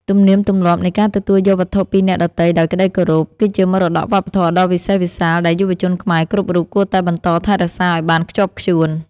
ទំនៀមទម្លាប់នៃការទទួលយកវត្ថុពីអ្នកដទៃដោយក្តីគោរព គឺជាមរតកវប្បធម៌ដ៏វិសេសវិសាលដែលយុវជនខ្មែរគ្រប់រូបគួរតែបន្តថែរក្សាឱ្យបានខ្ជាប់ខ្ជួន។